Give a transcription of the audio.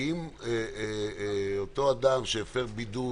אם אדם שהפר בידוד,